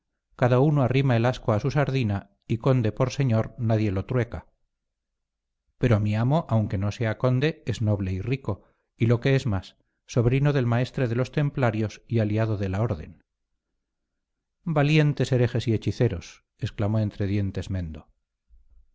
cada uno arrima el ascua a su sardina y conde por señor nadie lo trueca pero mi amo aunque no sea conde es noble y rico y lo que es más sobrino del maestre de los templarios y aliado de la orden valientes herejes y hechiceros exclamó entre dientes mendo